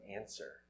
answer